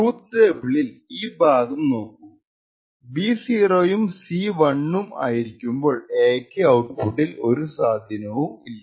truth ടേബിളിൽ ഈ ഭാഗം നോക്കൂ ബി 0 യും സി 1 ഉം ആയിരിക്കുമ്പോൾ എ ക്ക് ഔട്പുട്ടിൽ ഒരു സ്വാധീനവും ഇല്ല